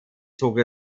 zog